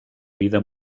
vida